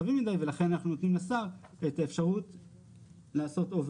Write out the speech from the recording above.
רחבים מידי ולכן אנחנו נותנים לשר לעשות אובר